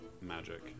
magic